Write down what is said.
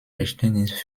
verständnis